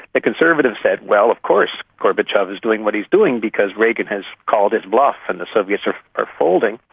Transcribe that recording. the conservatives said, well, of course gorbachev is doing what he's doing because reagan has called his bluff and the soviets are are folding.